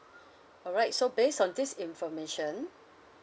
all right so based on this information